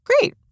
great